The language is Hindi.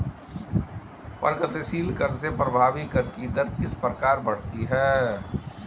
प्रगतिशील कर से प्रभावी कर की दर किस प्रकार बढ़ती है?